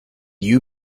you